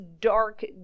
dark